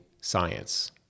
science